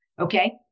okay